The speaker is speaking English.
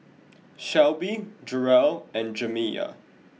Shelbie Jerrell and Jamiya